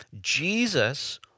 Jesus